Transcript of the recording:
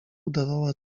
udawała